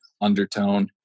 undertone